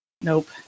Nope